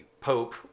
Pope